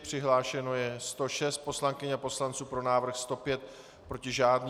Přihlášeno je 106 poslankyň a poslanců, pro návrh 105, proti žádný.